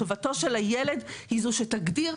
טובתו של הילד היא זאת שתגדיר.